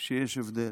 שיש הבדל.